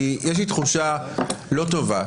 כי יש לי תחושה לא טובה,